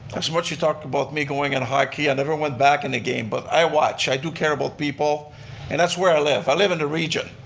what you talked about me going in hockey, i never went back in a game but i watch, i do care about people and that's where i live. i live in the region.